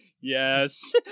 yes